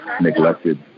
neglected